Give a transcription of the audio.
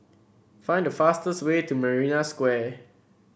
find the fastest way to Marina Square